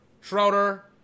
Schroeder